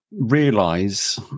realize